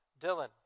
Dylan